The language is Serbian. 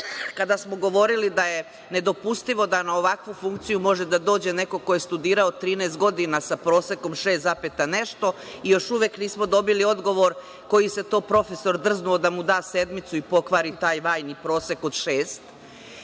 kada smo govorili da je nedopustivo da na ovakvu funkciju može da dođe neko ko je studirao 13 godina sa prosekom šest i nešto i još uvek nismo dobili odgovor koji se to profesor drznuo da mu da sedmicu i pokvari taj vajni prosek od